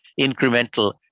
incremental